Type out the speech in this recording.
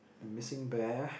missing bear